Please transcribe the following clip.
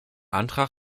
antrag